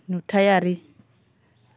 नुथायारि